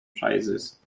prizes